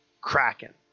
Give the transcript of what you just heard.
kraken